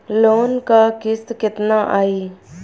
Loan क किस्त कितना आई?